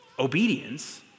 Obedience